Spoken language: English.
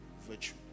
virtue